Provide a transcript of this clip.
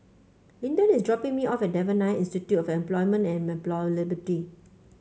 Linden is dropping me off at Devan Nair Institute of Employment and Employability